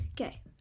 okay